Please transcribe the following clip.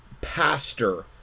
Pastor